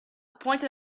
pointed